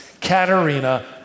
Katerina